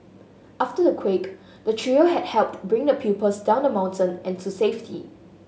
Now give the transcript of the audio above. after the quake the trio had helped bring the pupils down the mountain and to safety